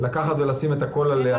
לקחת ולשים את הכל על הנגשה.